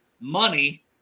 money